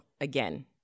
again